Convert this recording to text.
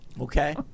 Okay